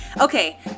Okay